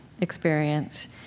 experience